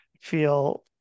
feel